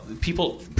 people